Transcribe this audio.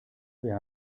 wer